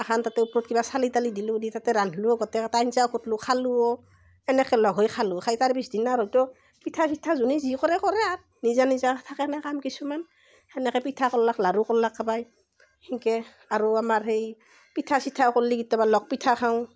এখন তাতে ওপৰত কিবা চালি তালি দিলোঁ দি তাতে ৰান্ধিলোঁ গোটেইকেইটাই তামাচাও কৰোলোঁ খালোওঁ এনেকৈ লগ হৈ খালোঁ খাই তাৰ পিছদিনা হয়তো পিঠা চিঠা যোনেই যি কৰে কৰে আৰ নিজা নিজা থাকে না কাম কিছুমান সেনেকৈ পিঠা কৰলাক লাড়ু কৰলাক কাৰবাই সেনকৈ আৰু আমাৰ সেই পিঠা চিঠাও কৰলি কিত্তাবা লগ পিঠা খাওঁ